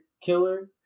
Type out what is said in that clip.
killer